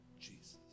Jesus